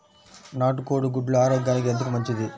నాటు కోడి గుడ్లు ఆరోగ్యానికి ఎందుకు మంచిది?